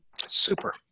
super